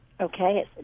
Okay